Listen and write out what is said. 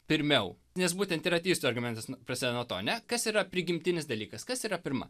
pirmiau nes būtent ir ateistų argumentas prasideda nuo to ane kas yra prigimtinis dalykas kas yra pirma